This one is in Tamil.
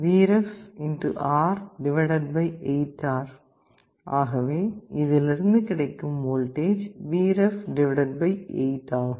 R 8R ஆகவே இதிலிருந்து கிடைக்கும் வோல்டேஜ் Vref 8 ஆகும்